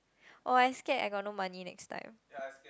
oh I scare I got no money next time